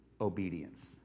obedience